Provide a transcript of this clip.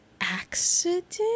accident